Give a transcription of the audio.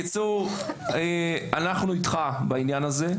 אנחנו איתך בעניין הזה.